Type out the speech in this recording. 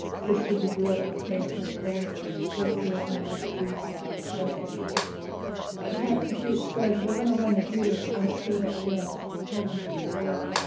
sister who grew up in the same kind of thorn bush right there in the next blue spot, a blessing she pats the seat, says, we're going to run the heater, i don't care about the gas and tells me her story